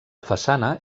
façana